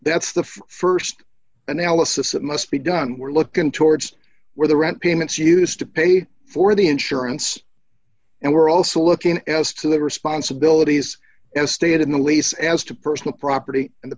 that's the st analysis that must be done we're looking towards where the rent payments used to pay for the insurance and we're also looking as to the responsibilities as stated in the lease as to personal property and the